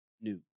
new